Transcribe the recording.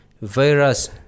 virus